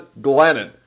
Glennon